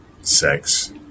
sex